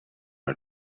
her